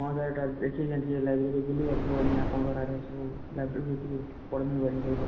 ହଁ ସାର୍ ଇ'ଟା ଦେଖି ଆଇଛେଁ ଟିକେ ଲାଇବ୍ରେରୀକେ ବୁଲି ଆଏସି ବୋଏଲି ଆପଣଙ୍କର୍ ଆଡ଼େ ଲାଇବ୍ରେରୀରେ ଟିକେ ପଢ଼୍ମି ବୋଲି ବହିପତର୍